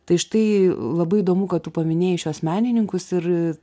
tai štai labai įdomu kad tu paminėjai šiuos menininkus ir